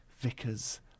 vicar's